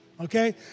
Okay